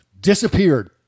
disappeared